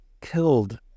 killed